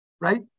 right